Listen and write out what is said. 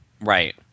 Right